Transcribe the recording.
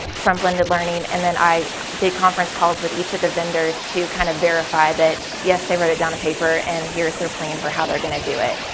from glenda learning and then i did conference calls with each of the vendors to kind of verify that, yes, they wrote it down on paper and here's their plan for how they're going to do it.